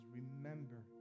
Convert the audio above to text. remember